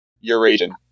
Eurasian